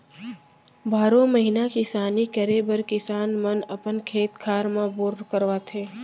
बारो महिना किसानी करे बर किसान मन अपन खेत खार म बोर करवाथे